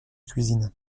cuisine